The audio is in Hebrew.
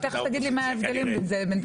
תגיד לי מה ההבדלים בין 98 לבין זה.